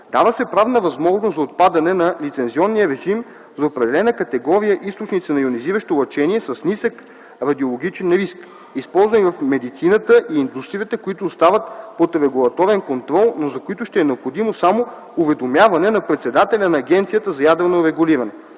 дава се правна възможност за отпадане на лицензионния режим за определена категория източници на йонизиращо лъчение с нисък радиологичен риск, използвани в медицината и индустрията, които остават под регулаторен контрол, но за които ще е необходимо само уведомяване на председателя на Агенцията за ядрено регулиране.